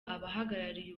abahagarariye